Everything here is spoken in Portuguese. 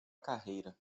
carreira